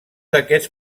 d’aquests